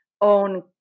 on